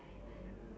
mmhmm